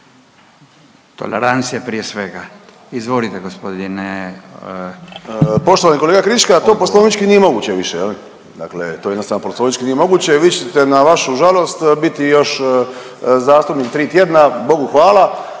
Tolerancija prije svega. Izvolite gospodine. **Zekanović, Hrvoje (HDS)** Poštovani kolega Krička, to poslovnički nije moguće više, dakle to jednostavno poslovnički nije moguće i vi ćete na vašu žalost biti još zastupnik tri tjedna, bogu hvala.